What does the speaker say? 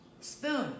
spoon